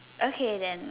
okay then